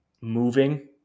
moving